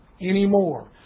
anymore